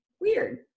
weird